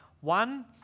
One